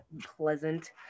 pleasant